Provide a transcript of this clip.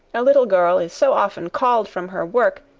a little girl is so often called from her work,